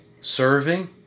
serving